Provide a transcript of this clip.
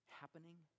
happening